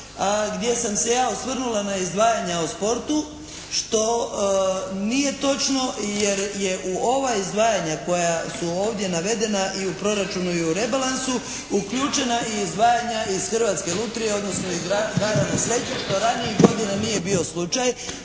gdje sam se ja osvrnula na izdvajanje o sportu što nije točno jer je u ova izdvajanja koja su ovdje navedena i u proračunu i u rebalansu, uključena i izdvajanja iz Hrvatske lutrije, odnosno iz igara na sreću što ranijih godina nije bio slučaj.